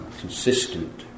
consistent